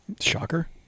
Shocker